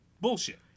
bullshit